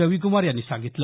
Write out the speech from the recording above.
रविक्मार यांनी सांगितलं